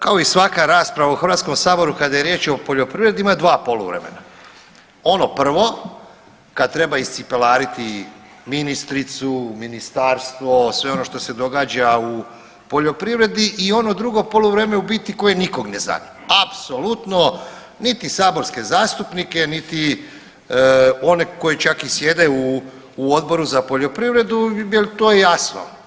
Kao i svaka rasprava u Hrvatskom saboru kada je riječ o poljoprivredi ima dva poluvremena ono prvo kad treba iscipelariti ministricu, ministarstvo, sve ono što se događa u poljoprivredi i ono drugo poluvrijeme koje u biti nikog ne zanima, apsolutno niti saborske zastupnike, niti one koji čak i sjede u Odboru za poljoprivredu jer to je jasno.